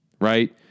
right